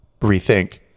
rethink